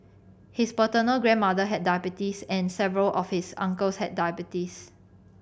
his paternal grandmother had diabetes and several of his uncles had diabetes